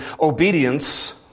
obedience